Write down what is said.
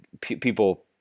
people